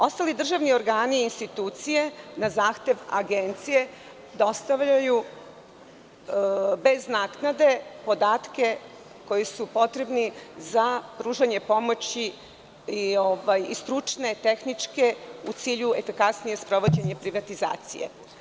Ostali državni organi i institucije, na zahtev Agencije, dostavljaju bez naknade podatke koji su potrebni za pružanje pomoći, stručne i tehničke, u cilju efikasnijeg sprovođenja privatizacije.